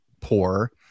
poor